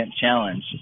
challenge